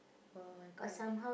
!oh-my-gosh!